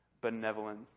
benevolence